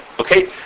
okay